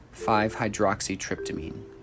5-hydroxytryptamine